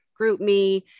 GroupMe